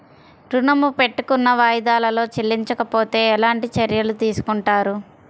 ఋణము పెట్టుకున్న వాయిదాలలో చెల్లించకపోతే ఎలాంటి చర్యలు తీసుకుంటారు?